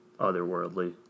otherworldly